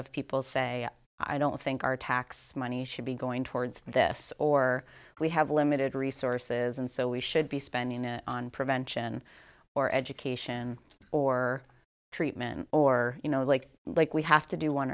of people say i don't think our tax money should be going towards this or we have limited resources and so we should be spending it on prevention or education or treatment or you know like like we have to do one